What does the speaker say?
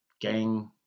Gang